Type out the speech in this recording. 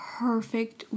perfect